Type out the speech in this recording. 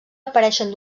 apareixen